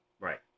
Right